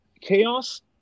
chaos